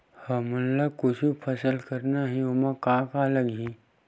हमन ला कुछु फसल करना हे ओमा का का लगही?